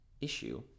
issue